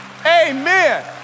Amen